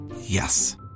Yes